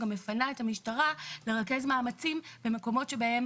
גם מפנה את המשטרה לרכז מאמצים למקומות שבהם